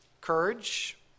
courage